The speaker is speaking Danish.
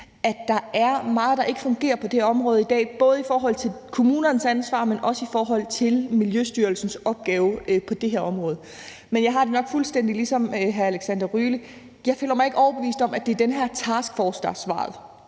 at der er meget, der ikke fungerer på det område i dag, både i forhold til kommunernes ansvar, men også i forhold til Miljøstyrelsens opgave på det her område. Men jeg har det nok fuldstændig ligesom hr. Alexander Ryle: Jeg føler mig ikke overbevist om, at det er den her taskforce, der er svaret.